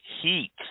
heat